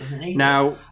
Now